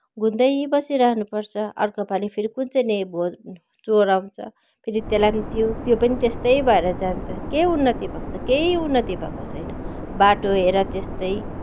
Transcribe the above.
बुन्दै बसिरहनुपर्छ अर्को पालि फेरि कुन चाहिँले भोट चोर आउँछ फेरि त्यसलाई पनि दियो त्यो पनि त्यस्तै भएर जान्छ केही उन्नति भएको छैन केही उन्नति भएको छैन बाटो हेर त्यस्तै